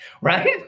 Right